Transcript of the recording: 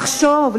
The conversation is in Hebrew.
לחשוב,